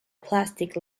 plastic